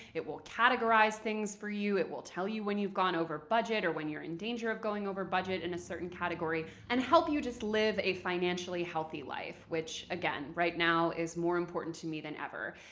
it will categorize things for you. it will tell you when you've gone over budget or when you're in danger of going over budget in a certain category, and help you just live a financially healthy life, which, again, right now is more important to me than ever.